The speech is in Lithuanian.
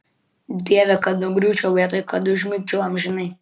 dieve kad nugriūčiau vietoj kad užmigčiau amžinai